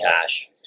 cash